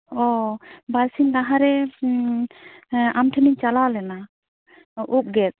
ᱚ ᱵᱟᱨ ᱥᱤᱧ ᱞᱟᱦᱟ ᱨᱮ ᱦᱮᱸ ᱟᱢ ᱴᱷᱮᱱᱤᱧ ᱪᱟᱞᱟᱣ ᱞᱮᱱᱟ ᱩᱯ ᱜᱮᱫ